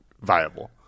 viable